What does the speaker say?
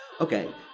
Okay